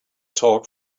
talk